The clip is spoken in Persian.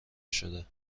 شده